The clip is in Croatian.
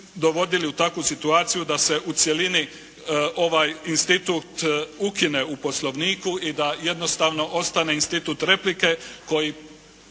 dovodili u takvu situaciju da se u cjelini ovaj institut ukine u Poslovniku i da jednostavno ostane institut replike koji